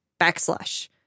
backslash